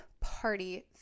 party